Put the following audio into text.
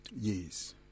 Yes